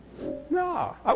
No